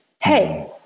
Hey